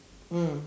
mm